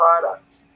products